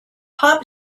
hop